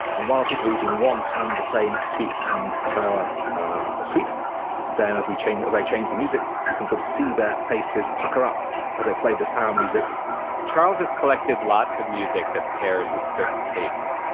and while people are eating one and the same sweet and sour sweet then as we change as i change the music you can sort of see their faces pucker up as i play the sour music charles has collected lots of music that pairs with certain tastes.